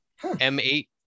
M8